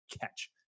catch